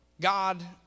God